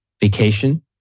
vacation